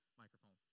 microphone